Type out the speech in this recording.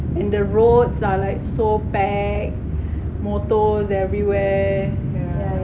and the roads are like so packed motors everywhere yeah